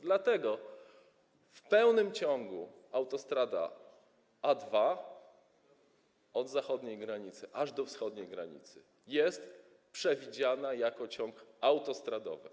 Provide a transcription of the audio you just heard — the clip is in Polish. Dlatego w pełnym ciągu autostrada A2 od zachodniej granicy do wschodniej granicy jest przewidziana jako ciąg autostradowy.